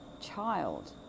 child